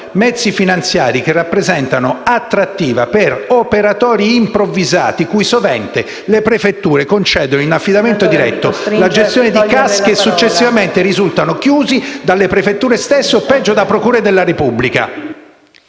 mezzi finanziari che rappresentano attrattiva per operatori improvvisati cui sovente le prefetture concedono in affidamento diretto la gestione di Centri di accoglienza straordinaria (CAS) che successivamente risultano chiusi dalle prefetture stesse o, peggio, da procure della Repubblica.